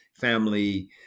family